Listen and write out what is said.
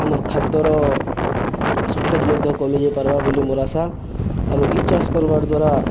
ଆମର୍ ଖାଦ୍ୟର ସଟେଜ୍ ମଧ୍ୟ କମିଯାଇ ପାର୍ବା ବୋଲି ମୋର ଆଶା ଆରୁ ଇ ଚାଷ କରବାର୍ ଦ୍ୱାରା